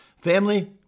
Family